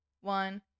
one